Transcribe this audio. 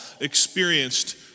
experienced